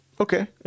Okay